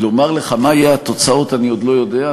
לומר לך מה יהיו התוצאות, אני עוד לא יודע.